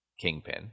Kingpin